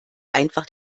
einfach